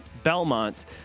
Belmont